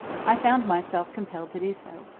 i found myself compelled to do so.